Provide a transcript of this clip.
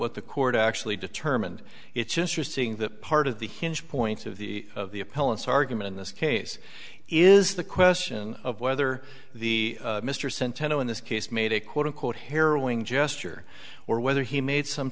what the court actually determined it's interesting that part of the hinge points of the of the appellate argument in this case is the question of whether the mr centeno in this case made a quote unquote harrowing gesture or whether he made some